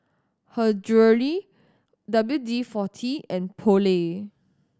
Her Jewellery W D Forty and Poulet